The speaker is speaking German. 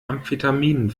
amphetaminen